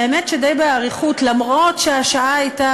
והאמת שדי באריכות אף שהשעה הייתה